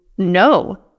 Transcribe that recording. No